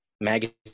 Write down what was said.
magazine